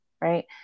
right